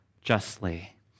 justly